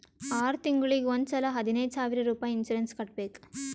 R ತಿಂಗುಳಿಗ್ ಒಂದ್ ಸಲಾ ಹದಿನೈದ್ ಸಾವಿರ್ ರುಪಾಯಿ ಇನ್ಸೂರೆನ್ಸ್ ಕಟ್ಬೇಕ್